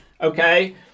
Okay